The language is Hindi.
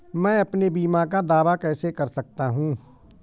मैं अपने बीमा का दावा कैसे कर सकता हूँ?